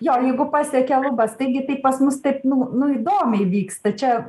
jo jeigu pasiekia lubas taigi tai pas mus taip nu nu įdomiai vyksta čia